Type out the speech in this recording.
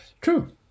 True